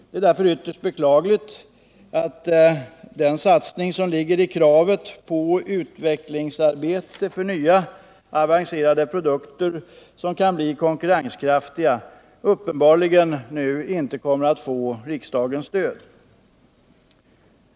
Det är därför ytterst beklagligt att den satsning som ligger i kravet på utvecklingsarbete för nya avancerade produkter, som kan bli konkurrenskraftiga, uppenbarligen nu inte kommer att få riksdagens stöd.